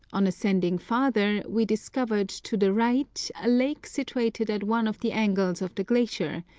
on ascending farther, we discovered, to the right, a lake situated at one of the angles of the glacier,